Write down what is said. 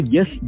Yes